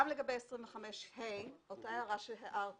גם לגבי סעיף 25ה, אותה הערה שהערתי